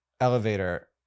elevator